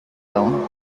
though